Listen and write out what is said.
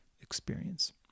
experience